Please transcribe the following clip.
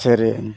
ᱥᱮᱨᱮᱧ